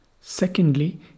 Secondly